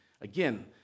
Again